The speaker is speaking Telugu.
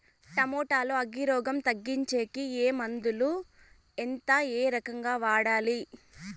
టమోటా లో అగ్గి రోగం తగ్గించేకి ఏ మందులు? ఎంత? ఏ రకంగా వాడాలి?